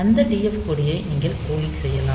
இந்த TF கொடியை நீங்கள் போலிங் செய்யலாம்